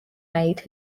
made